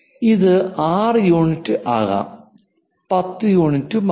ഇത് 6 യൂണിറ്റ് ആകാം 10 യൂണിറ്റ് ആകാം